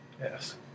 Yes